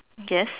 yes